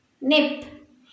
nip